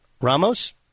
Ramos